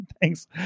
Thanks